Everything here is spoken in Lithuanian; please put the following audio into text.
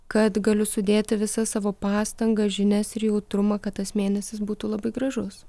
kad galiu sudėti visas savo pastangas žinias ir jautrumą kad tas mėnesius būtų labai gražus